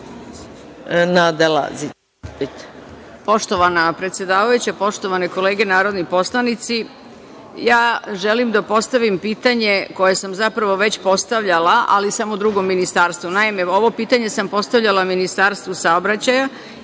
Poštovana predsedavajuća, poštovane kolege narodni poslanici, želim da postavim pitanje koje sam zapravo već postavljala, ali samo drugom ministarstvu. Naime, ovo pitanje sam postavljala Ministarstvu saobraćaja